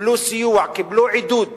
קיבלו סיוע, קיבלו עידוד